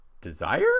desire